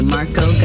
Marco